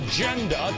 Agenda